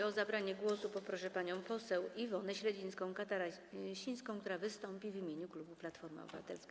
O zabranie głosu poproszę panią poseł Iwonę Śledzińską-Katarasińską, która wystąpi w imieniu klubu Platforma Obywatelska.